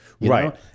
Right